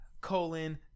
colon